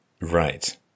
Right